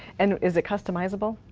and is it customizable?